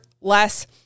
less